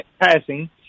passing